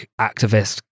activist